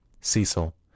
Cecil